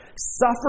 suffer